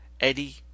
Eddie